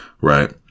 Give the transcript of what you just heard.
right